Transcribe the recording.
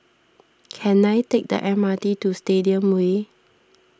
can I take the M R T to Stadium Way